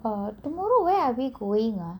err tomorrow where are we going ah